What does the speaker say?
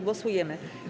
Głosujemy.